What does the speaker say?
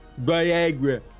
Viagra